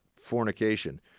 fornication